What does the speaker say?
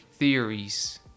theories